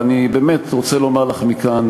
ואני באמת רוצה לומר לך מכאן,